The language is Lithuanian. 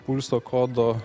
pulso kodo